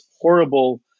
horrible